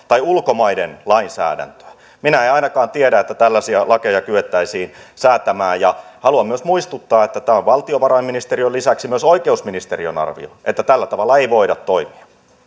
tai ulkomaiden lainsäädäntöä minä en ainakaan tiedä että tällaisia lakeja kyettäisiin säätämään haluan myös muistuttaa että tämä on valtiovarainministeriön lisäksi myös oikeusministeriön arvio että tällä tavalla ei voida toimia